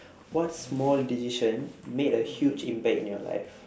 what small decision made a huge impact in your life